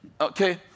Okay